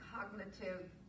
cognitive